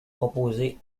proposés